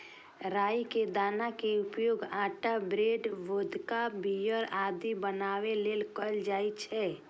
राइ के दाना के उपयोग आटा, ब्रेड, वोदका, बीयर आदि बनाबै लेल कैल जाइ छै